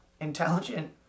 intelligent